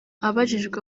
abajijwe